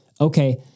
Okay